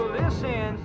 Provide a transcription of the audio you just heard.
listen